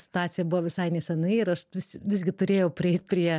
situacija buvo visai nesenai ir aš vis visgi turėjau prieit prie